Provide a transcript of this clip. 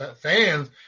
Fans